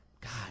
God